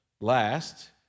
Last